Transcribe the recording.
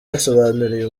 yasobanuriye